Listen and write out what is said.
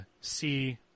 see